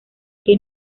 que